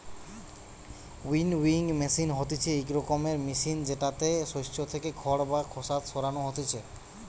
winnowing machine হতিছে ইক রকমের মেশিন জেতাতে শস্য থেকে খড় বা খোসা সরানো হতিছে